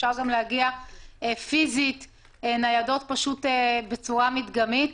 ואפשר להגיע גם פיזית עם ניידות בצורה מדגמית.